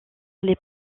les